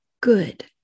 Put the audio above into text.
good